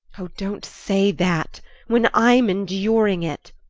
oh, don't say that when i'm enduring it!